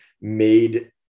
made